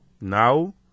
Now